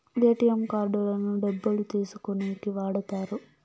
ATM కార్డులను డబ్బులు తీసుకోనీకి వాడుతారు